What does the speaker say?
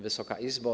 Wysoka Izbo!